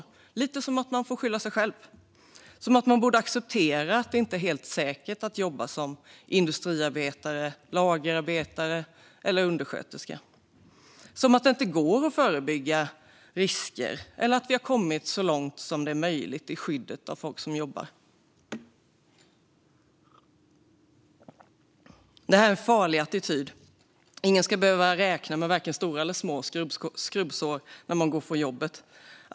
Det är lite som att man får skylla sig själv och att man borde acceptera att det inte är helt säkert att jobba som industriarbetare, lagerarbetare eller undersköterska. Det är som att det inte går att förebygga risker eller att vi kommit så långt det är möjligt i skyddet av folk som jobbar." Det där är en farlig attityd. Ingen ska behöva räkna med vare sig stora eller små skrubbsår på jobbet.